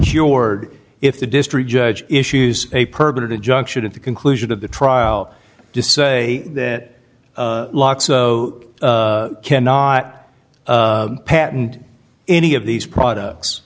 cured if the district judge issues a permanent injunction at the conclusion of the trial to say that locke so cannot patent any of these products